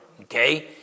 okay